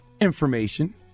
information